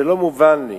שלא מובן לי